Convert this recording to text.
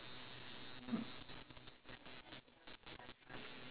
mm